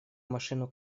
машину